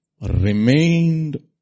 remained